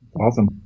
Awesome